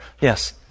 Yes